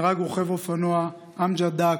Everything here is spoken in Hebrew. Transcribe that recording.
נהרג רוכב אופנוע אמג'ד דעקה,